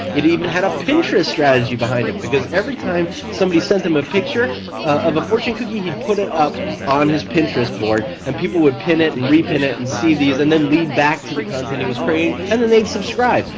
it even had a pinterest strategy behind it, because every time somebody sent them a picture of a fortune cookie he would put it up on his pinterest board and people would pin it and re-pin it and see these and then lead back to the content he was creating and then they'd subscribe.